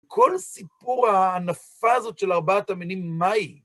כל סיפור ההנפה הזאת של ארבעת המינים, מהי?